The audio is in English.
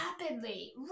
rapidly